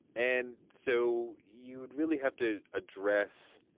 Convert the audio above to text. and so you'd really have to address.